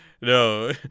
No